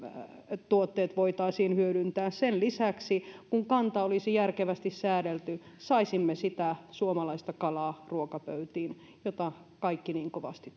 hyljetuotteet voitaisiin hyödyntää sen lisäksi kun kanta olisi järkevästi säädelty saisimme sitä suomalaista kalaa ruokapöytiin mitä kaikki niin kovasti